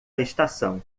estação